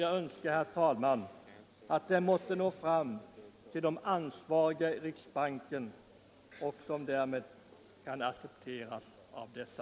Jag önskar att denna förhoppning måtte nå fram till de ansvariga i riksbanken och att förslaget kan accepteras av dessa.